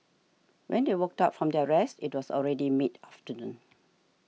when they woke up from their rest it was already mid afternoon